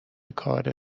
کار